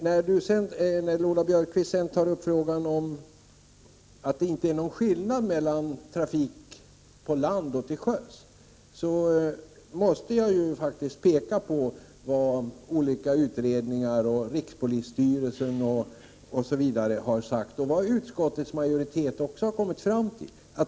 När Lola Björkquist sedan påstår att det inte är någon skillnad mellan trafik på land och till sjöss, måste jag peka på vad bl.a. olika utredningar och rikspolisstyrelsen har sagt och vad utskottets majoritet också har kommit fram till.